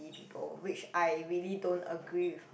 people which I really don't agree with